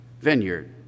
vineyard